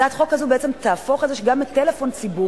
הצעת החוק הזאת בעצם תהפוך את זה לכך שגם מטלפון ציבורי